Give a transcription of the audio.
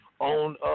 on